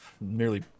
nearly